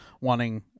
wanting